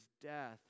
death